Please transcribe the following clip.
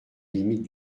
limites